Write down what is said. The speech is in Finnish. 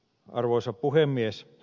arvoisa puhemies